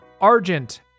Argent